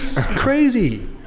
crazy